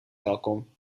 welkom